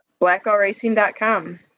Blackallracing.com